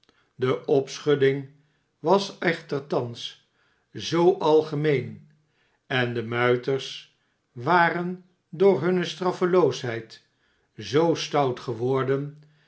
de opschudding was echter thans zoo algemeen en de muiters waren door hunne straffeloosheid zoo stout geworden